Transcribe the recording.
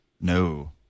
no